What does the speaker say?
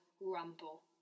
Rumble